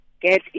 get